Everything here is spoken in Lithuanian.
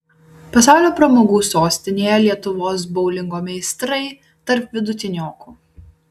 pasaulio pramogų sostinėje lietuvos boulingo meistrai tarp vidutiniokų